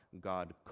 God